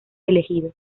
elegido